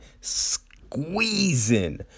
Squeezing